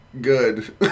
Good